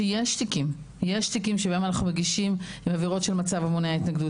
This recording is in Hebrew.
שיש תיקים שבהם אנחנו מגישים עבירות של מצב המונע התנגדות.